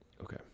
okay